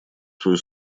свою